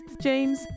James